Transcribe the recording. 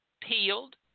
peeled